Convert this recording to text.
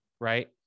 right